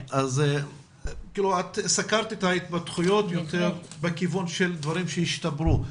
את סקרת את ההתפתחויות בכיוון של דברים שהשתפרו.